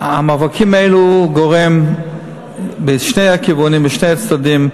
המאבקים האלו גורמים בשני הכיוונים, משני הצדדים,